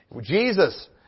Jesus